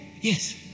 Yes